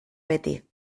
beti